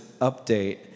update